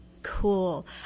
Cool